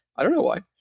i don't know why,